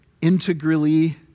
integrally